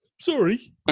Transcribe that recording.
Sorry